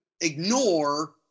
ignore